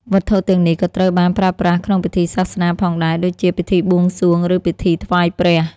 វត្ថុទាំងនេះក៏ត្រូវបានប្រើប្រាស់ក្នុងពិធីសាសនាផងដែរដូចជា ពិធីបួងសួង ឬពិធីថ្វាយព្រះ។